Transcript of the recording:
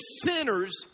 sinners